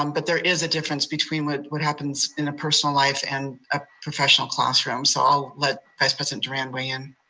um but there is a difference between what what happens in a personal life and a professional classroom. so i'll let vice president durand weigh in.